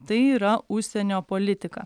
tai yra užsienio politika